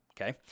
Okay